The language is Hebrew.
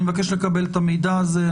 אני מבקש לקבל את המידע הזה.